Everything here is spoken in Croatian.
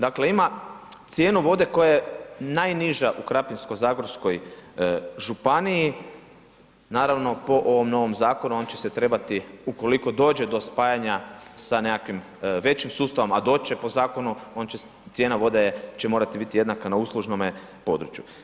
Dakle ima cijenu voda koja je najniža u Krapinsko-zagorskoj županiji, naravno po ovom novom zakonu, on će se trebati ukoliko dođe do spajanja sa nekakvim većim sustavom a doći će po zakonu, cijena vode će morati biti jednaka na uslužnome području.